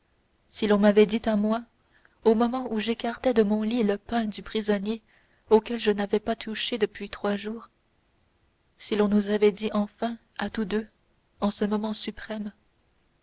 si l'on m'avait dit à moi au moment où j'écartais de mon lit le pain du prisonnier auquel je n'avais pas touché depuis trois jours si l'on nous avait dit enfin à tous deux en ce moment suprême